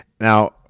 now